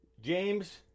James